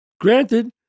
granted